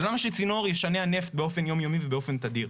אז למה שצינור ישנע נפט באופן יום יומי ובאופן תדיר?